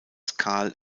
carl